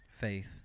faith